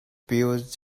pious